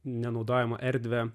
nenaudojamą erdvę